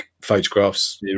photographs